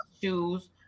Shoes